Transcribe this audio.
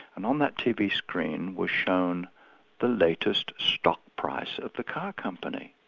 and on that tv screen was shown the latest stock prize of the car company.